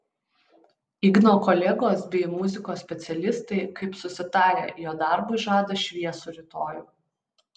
igno kolegos bei muzikos specialistai kaip susitarę jo darbui žada šviesų rytojų